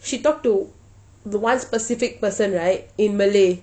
she talked to the one specific person right in malay